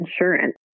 insurance